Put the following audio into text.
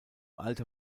alter